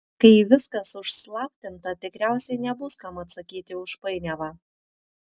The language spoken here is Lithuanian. kai viskas užslaptinta tikriausiai nebus kam atsakyti už painiavą